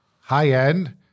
high-end